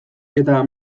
eta